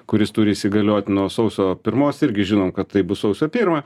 kuris turi įsigaliot nuo sausio pirmos irgi žinom kad tai bus sausio pirmą